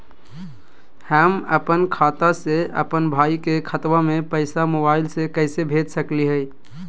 हम अपन खाता से अपन भाई के खतवा में पैसा मोबाईल से कैसे भेज सकली हई?